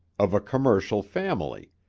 of a commercial family.